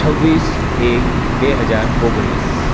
છવ્વીસ એક બે હજાર ઓગણીસ